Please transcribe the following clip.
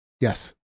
yes